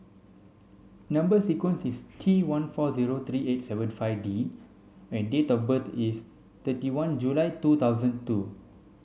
number sequence is T one four zero three eight seven five D and date of birth is thirty one July two thousand two